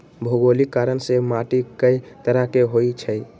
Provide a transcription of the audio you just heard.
भोगोलिक कारण से माटी कए तरह के होई छई